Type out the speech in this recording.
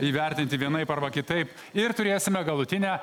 įvertinti vienaip arba kitaip ir turėsime galutinę